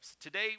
Today